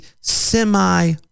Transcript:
semi